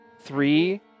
Three